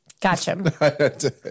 Gotcha